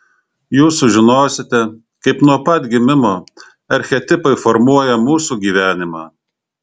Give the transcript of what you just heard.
jūs sužinosite kaip nuo pat gimimo archetipai formuoja mūsų gyvenimą